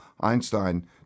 Einstein